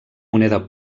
moneda